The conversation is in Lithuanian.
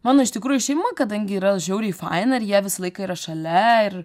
mano iš tikrųjų šeima kadangi yra žiauriai faina ir jie visą laiką yra šalia ir